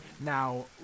Now